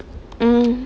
mm